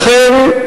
לכן,